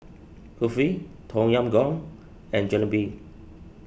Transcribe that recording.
Kulfi Tom Yam Goong and Jalebi